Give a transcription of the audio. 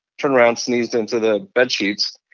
turned around, sneezed into the bedsheets.